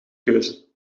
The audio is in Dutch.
keuze